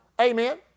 Amen